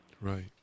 Right